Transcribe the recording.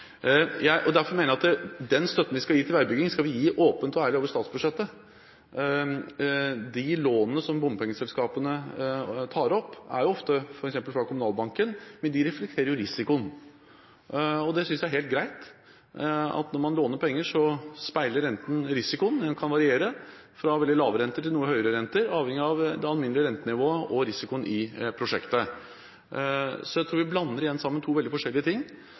Den støtten vi skal gi til veibygging, skal vi gi åpent og ærlig over statsbudsjettet. De lånene som bompengeselskapene tar opp, er ofte fra f.eks. Kommunalbanken, men de reflekterer risikoen. Det synes jeg er helt greit. Når man låner penger, speiler renten risikoen. Den kan variere fra veldig lav rente til noe høyere rente, avhengig av det alminnelige rentenivået og risikoen i prosjektet. Så jeg tror man – igjen – blander to veldig forskjellige ting.